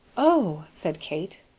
o, said kate,